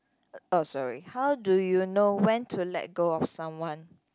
oh sorry how do you know when to let go of someone